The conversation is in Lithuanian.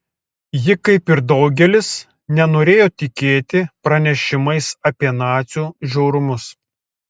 ji kaip ir daugelis nenorėjo tikėti pranešimais apie nacių žiaurumus